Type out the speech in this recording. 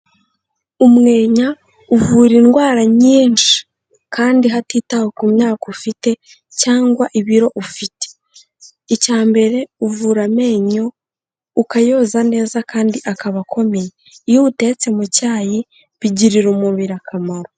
Umwenya uvura indwara nyinshi kandi hatitawe ku myaka ufite, cyangwa ibiro ufite. Icya mbere uvura amenyo ukayoza neza kandi akaba akomeye. Iyo uwutetse mu cyayi, bigirira umubiri akamaro.